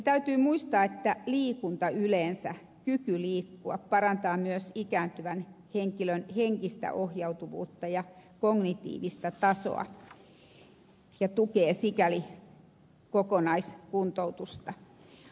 täytyy muistaa että liikunta yleensä kyky liikkua parantaa myös ikääntyvän henkilön henkistä ohjautuvuutta ja kognitiivista tasoa ja tukee sikäli kokonaiskuntoutusta